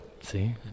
See